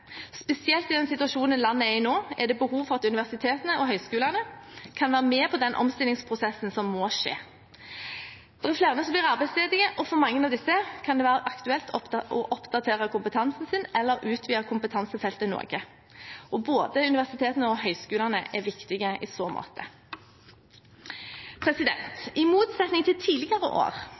Spesielt i den situasjonen landet er i nå, er det behov for at universitetene og høyskolene kan være med på den omstillingsprosessen som må skje. Det er flere som blir arbeidsledige, og for mange av disse kan det være aktuelt å oppdatere kompetansen sin eller utvide kompetansefeltet noe. Både universitetene og høyskolene er viktige i så måte. I motsetning til tidligere år